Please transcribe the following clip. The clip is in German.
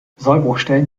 sollbruchstellen